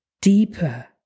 deeper